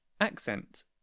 accent